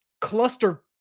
cluster